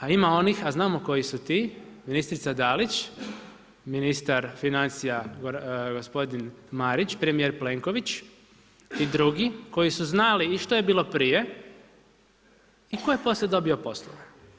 A ima onih, a znamo koji su ti ministrica DAlić, ministar financija gospodin Marić, premijer Plenković i drugi koji su znali i što je bilo prije i tko je poslije dobio poslove.